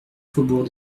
faubourg